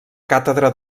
càtedra